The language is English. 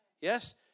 Yes